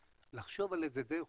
לחשוב על איזו דרך,